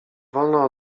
wolno